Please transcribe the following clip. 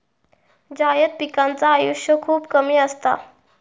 जायद पिकांचा आयुष्य खूप कमी असता